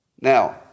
Now